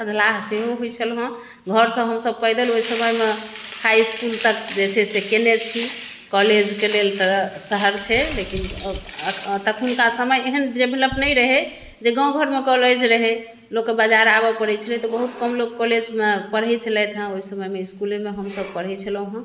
अधलाह सेहो होइ छलै घरसँ हम सभ पैदल ओहि समयमे हाइ इसकुल तक जे छै से केने छी कॉलेजके लेल तऽ शहर छै लेकिन अब तखुनका समय एहन डेवलप नहि रहै जे गाँव घरमे कॉलेज रहै लोकके बजार आबै पड़ै छलै तऽ ओहो कम लोक कॉलेजमे पढ़ै छलथि हैं ओहि समयमे इसकुलेमे हम सभ पढ़ै छलहुँ हैं